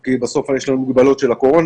כי בסוף יש לנו מגבלות של הקורונה,